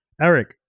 Eric